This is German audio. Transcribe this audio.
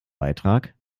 beitrag